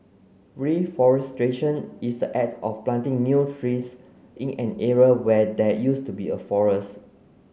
reforestation is the act of planting new trees in an area where there used to be a forest